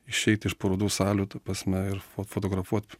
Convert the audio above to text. išeiti iš parodų salių ta prasme ir fo fotografuot